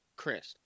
Chris